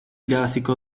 irabaziko